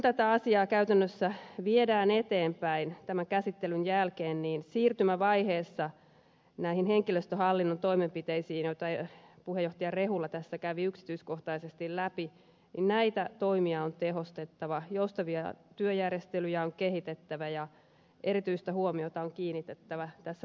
kun asiaa käytännössä viedään eteenpäin tämän käsittelyn jälkeen niin siirtymävaiheessa näitä henkilöstöhallinnon toimenpiteitä joita puheenjohtaja rehula tässä kävi yksityiskohtaisesti läpi näitä toimia on tehostettava joustavia työjärjestelyjä on kehitettävä ja erityistä huomiota on kiinnitettävä tässä muutostilanteessa johtamiseen